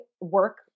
work